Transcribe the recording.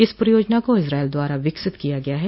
इस परियोजना को इजरायल द्वारा विकसित किया गया है